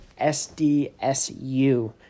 SDSU